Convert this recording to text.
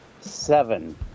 Seven